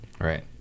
Right